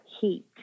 heat